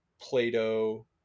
Plato